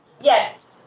yes